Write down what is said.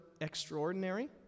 extraordinary